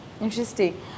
Interesting